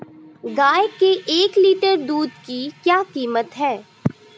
गाय के एक लीटर दूध की क्या कीमत है?